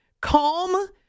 Calm